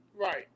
Right